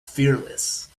fearless